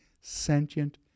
sentient